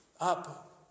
up